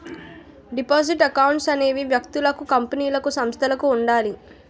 deposit accounts అనేవి వ్యక్తులకు కంపెనీలకు సంస్థలకు ఉండాలి